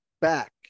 back